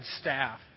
staff